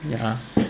yeah